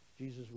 Jesus